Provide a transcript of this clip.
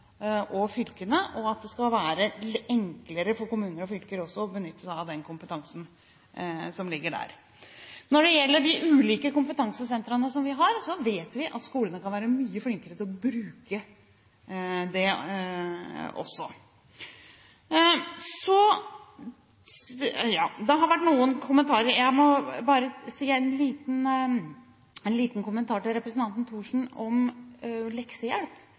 og fylkene, og at det også skal være enklere for kommuner og fylker å benytte seg av den kompetansen som ligger der. Når det gjelder de ulike kompetansesentrene vi har, vet vi at skolene kan bli mye flinkere til å bruke dem også. Jeg må bare gi en liten kommentar til representanten Thorsen om leksehjelp. Det